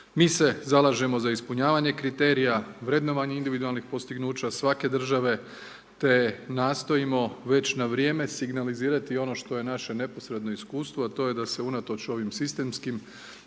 Mi se zalažemo za ispunjavanje kriterija, vrednovanje individualnih postignuća svake države, te nastojimo već na vrijeme signalizirati ono što je naše naporedno iskustvo, a to je da se unatoč ovim sistemskim